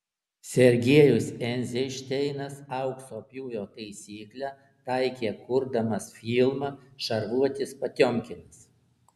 sergejus eizenšteinas aukso pjūvio taisyklę taikė kurdamas filmą šarvuotis potiomkinas